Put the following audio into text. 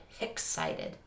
Excited